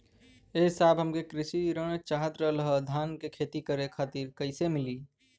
ए साहब हमके कृषि ऋण चाहत रहल ह धान क खेती करे खातिर कईसे मीली?